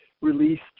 released